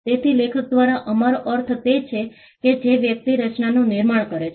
તેથી લેખક દ્વારા અમારો અર્થ તે છે કે જે વ્યક્તિ રચનાનું નિર્માણ કરે છે